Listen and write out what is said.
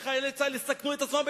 אנחנו נקבע שחיילי צה"ל יסכנו את עצמם,